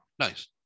nice